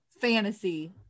fantasy